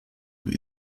vida